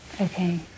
Okay